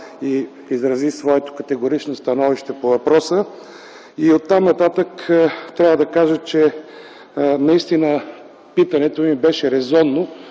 и изрази своето категорично становище по въпроса. Оттам нататък трябва да кажа, че питането ми беше резонно,